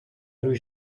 lui